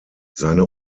seine